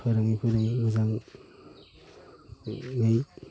फोरोंगिरि मोजां गैयैनि